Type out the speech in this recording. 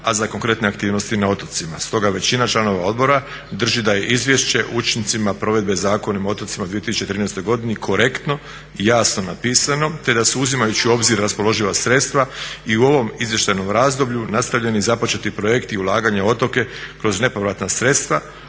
a za konkretne aktivnosti na otocima. Stoga većina članova odbora drži da je Izvješće o učincima provedbe Zakona o otocima u 2013.godini korektno i jasno napisano, te da se uzimajući u obzir raspoloživa sredstva i u ovom izvještajnom razdoblju nastavljeni započeti projekti ulaganja u otoke kroz nepovratna sredstva,